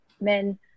men